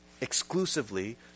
exclusively